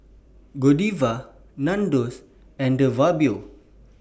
Godiva Nandos and De Fabio